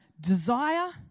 desire